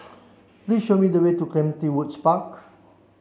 please show me the way to Clementi Woods Park